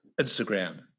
Instagram